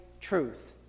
truth